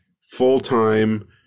full-time